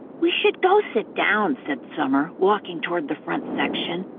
we should go sit down, said summer, walking toward the front section.